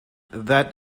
that